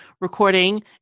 recording